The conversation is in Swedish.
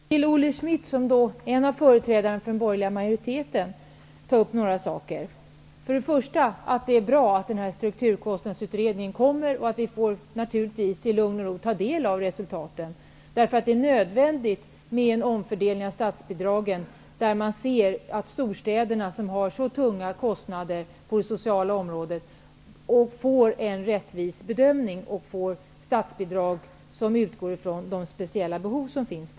Herr talman! Jag vill ta upp några saker med Olle Schmidt, som är en av företrädarna för den borgerliga majoriteten. För det första är det bra att strukturkostnadsutredningen kommer och att vi i lugn och ro får ta del av resultatet. Det är nödvändigt med en omfördelning av statsbidragen så att storstäderna, som har så tunga kostnader på det sociala området, får en rättvis bedömning och statsbidrag som utgår från de speciella behov som finns.